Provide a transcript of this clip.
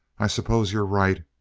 i suppose you're right.